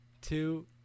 two